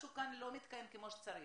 משהו כאן לא מתקיים כמו שצריך,